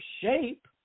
shape